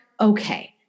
okay